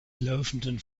laufenden